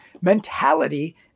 mentality